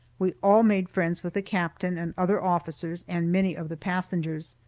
we all made friends with the captain and other officers, and many of the passengers.